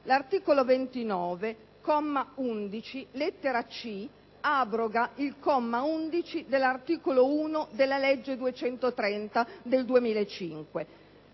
L'articolo 29, comma 11, lettera *c)*, abroga il comma 11 dell'articolo 1 della legge n. 230 del 2005,